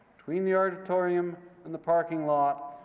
between the auditorium and the parking lot,